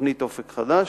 תוכנית "אופק חדש",